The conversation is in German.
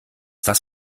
das